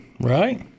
Right